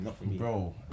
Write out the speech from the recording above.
bro